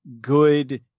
good